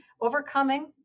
overcoming